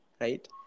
right